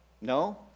No